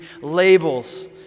labels